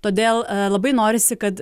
todėl labai norisi kad